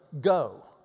go